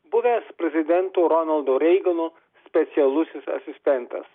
buvęs prezidento ronaldo reigano specialusis asistentas